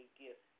gift